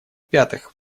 пятых